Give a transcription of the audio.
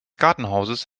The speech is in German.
gartenhauses